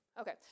Okay